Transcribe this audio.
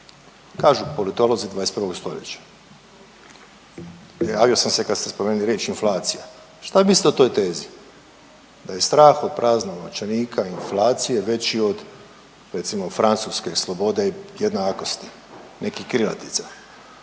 kažu politolozi 21. stoljeća. Javio sam se kada ste spomenuli riječ inflacija. Što mislite o toj tezi da je strah od praznog novčanika i inflacije veći od recimo francuske slobode jednakosti, nekih krilatica?